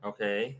Okay